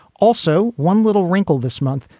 also, one little wrinkle this month.